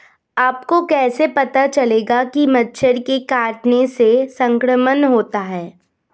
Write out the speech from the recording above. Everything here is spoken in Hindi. आपको कैसे पता चलेगा कि मच्छर के काटने से संक्रमण होता है?